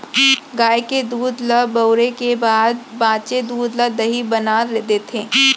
गाय के दूद ल बउरे के बाद बॉंचे दूद ल दही बना देथे